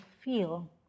feel